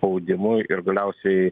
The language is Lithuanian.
spaudimui ir galiausiai